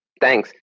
Thanks